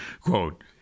Quote